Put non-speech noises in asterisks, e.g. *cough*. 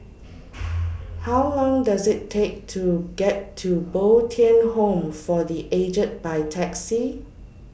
*noise* How Long Does IT Take to get to Bo Tien Home For The Aged By Taxi